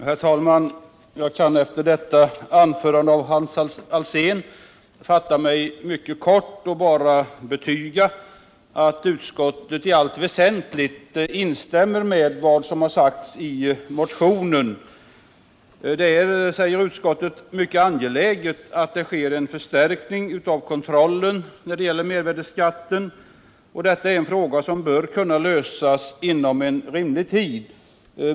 Herr talman! Efter Hans Alséns anförande kan jag fatta mig mycket kort. Utskottet instämmer i allt väsentligt i vad som har sagts i motionen. Det är, säger utskottet, mycket angeläget att kontrollen av mervärdeskatten förstärks, och detta är en fråga som bör kunna lösas inom rimlig tid.